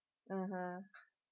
mmhmm